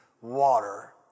water